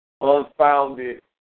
unfounded